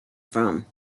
from